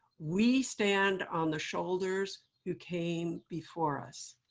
we stand on the shoulders who came before us.